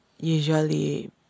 usually